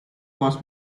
was